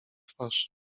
twarz